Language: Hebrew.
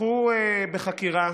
פתחו בחקירה